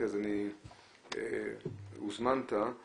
הוזמנת,